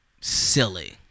silly